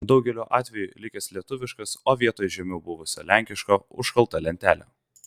daugeliu atveju likęs lietuviškas o vietoj žemiau buvusio lenkiško užkalta lentelė